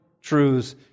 truths